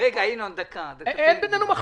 רק